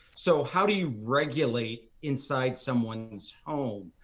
so how do you regulate inside someone's home?